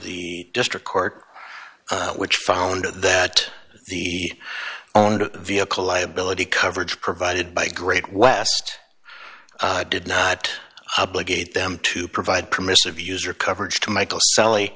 the district court which found that the only vehicle liability coverage provided by great west did not obligate them to provide permissive user coverage to michael sally